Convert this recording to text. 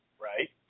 right